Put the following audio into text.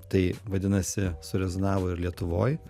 tai vadinasi surezonavo ir lietuvoj